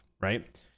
Right